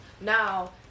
now